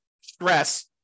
stress